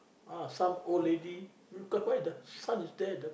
ah some old lady you can find the son is there the